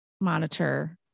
monitor